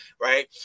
right